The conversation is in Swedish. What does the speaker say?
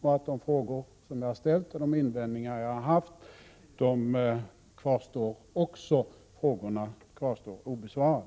De invändningar jag har haft och de frågor som jag har ställt kvarstår också obesvarade.